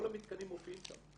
כל המתקנים מופיעים שם.